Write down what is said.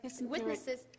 witnesses